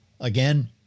again